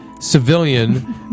civilian